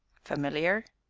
familiar?